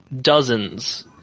dozens